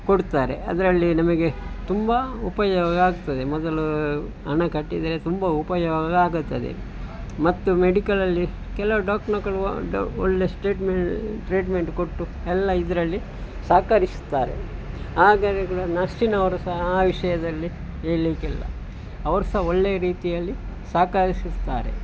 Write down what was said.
ಕೊಡ್ತಾರೆ ಅದರಲ್ಲಿ ನಮಗೆ ತುಂಬ ಉಪಯೋಗ ಆಗ್ತದೆ ಮೊದಲು ಹಣ ಕಟ್ಟಿದರೆ ತುಂಬ ಉಪಯೋಗ ಆಗುತ್ತದೆ ಮತ್ತು ಮೆಡಿಕಲಲ್ಲಿ ಕೆಲವು ಡಾಕ್ಟರುಗಳು ಒಳ್ಳೆಯ ಟ್ರೀಟ್ಮೆಂಟ್ ಕೊಟ್ಟು ಎಲ್ಲ ಇದರಲ್ಲಿ ಸಹಕರಿಸುತ್ತಾರೆ ಆದರೆ ಕೂಡ ನರ್ಸ್ರವರು ಸಹ ಆ ವಿಷಯದಲ್ಲಿ ಹೇಲಿಕ್ ಇಲ್ಲ ಅವರು ಸಹ ಒಳ್ಳೆಯ ರೀತಿಯಲ್ಲಿ ಸಹಕರಿಸುತ್ತಾರೆ